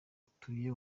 atuye